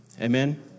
amen